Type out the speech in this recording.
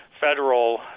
federal